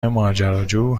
ماجراجو